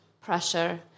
pressure